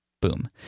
Boom